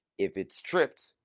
if it's tripped,